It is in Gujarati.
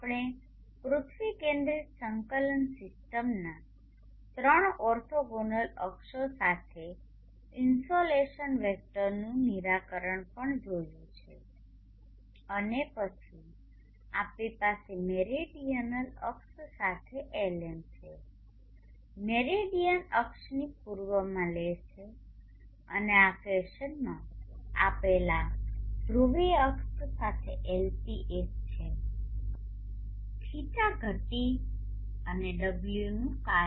આપણે પૃથ્વી કેન્દ્રિત સંકલન સીસ્ટમના ત્રણ ઓર્થોગોનલ અક્ષો સાથે ઇન્સોલેશન વેક્ટરનું નિરાકરણ પણ જોયું છે અને પછી આપણી પાસે મેરીડીઅનલ અક્ષ સાથે Lm છે મેરીડીયન અક્ષની પૂર્વમાં લે છે અને આ ફેશનમાં આપેલ ધ્રુવીય અક્ષ સાથે Lp એક છે δ ઘટીને અને ω નું કાર્ય